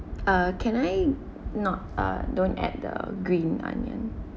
uh can I not uh don't add the green onion